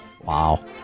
Wow